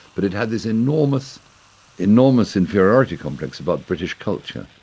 but it had this enormous enormous inferiority complex about british culture.